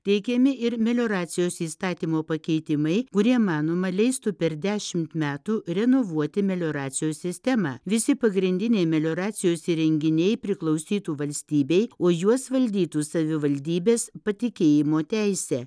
teikiami ir melioracijos įstatymo pakeitimai kurie manoma leistų per dešimt metų revovuoti melioracijos sistemą visi pagrindiniai melioracijos įrenginiai priklausytų valstybei o juos valdytų savivaldybės patikėjimo teise